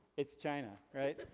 it's china, right?